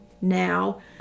now